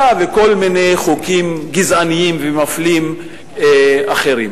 וכל מיני חוקים גזעניים ומפלים אחרים.